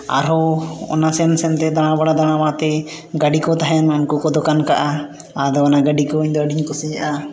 ᱟᱨᱦᱚᱸ ᱚᱱᱟ ᱥᱮᱱ ᱥᱮᱱᱱᱛᱮ ᱫᱟᱬᱟ ᱵᱟᱲᱟ ᱫᱟᱬᱟᱵᱟᱲᱟᱛᱮ ᱜᱟᱹᱰᱤ ᱠᱚ ᱛᱟᱦᱮᱱ ᱩᱱᱠᱩ ᱠᱚ ᱫᱚᱠᱟᱱ ᱠᱟᱜᱼᱟ ᱟᱫᱚ ᱚᱱᱟ ᱜᱟᱹᱰᱤ ᱠᱚ ᱤᱧ ᱫᱤ ᱟᱹᱰᱤᱧ ᱠᱩᱥᱤᱭᱟᱜᱼᱟ